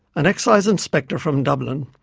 an excise inspector from dublin,